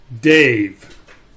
Dave